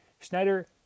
Schneider